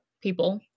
people